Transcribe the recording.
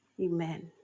Amen